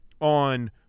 on